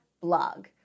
blog